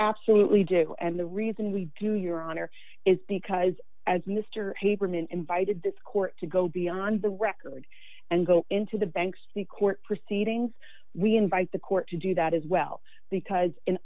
absolutely do and the reason we do your honor is because as minister habermann invited this court to go beyond the record and go into the banks the court proceedings we invite the court to do that as well because in